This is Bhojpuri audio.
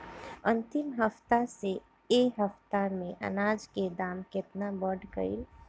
अंतिम हफ्ता से ए हफ्ता मे अनाज के दाम केतना बढ़ गएल?